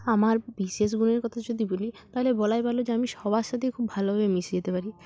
আমার বিশেষ গুণের কথা যদি বলি তাহলে বলাই ভালো যে আমি সবার সাথেই খুব ভালোভাবে মিশে যেতে পারি